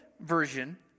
version